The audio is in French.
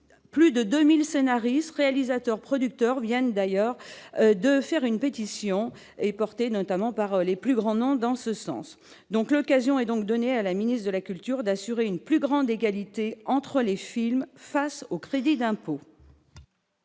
plus de 2000, scénaristes, réalisateurs, producteurs viennent d'ailleurs de faire une pétition et porté notamment par les plus grands noms dans ce sens, donc, l'occasion est donc donnée à la ministre de la culture d'assurer une plus grande égalité entre les films face au crédit d'impôt.